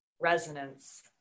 resonance